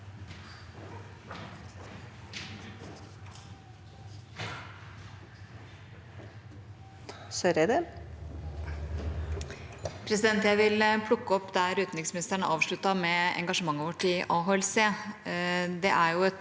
Jeg vil plukke opp der utenriksministeren avsluttet, med engasjementet vårt i AHLC.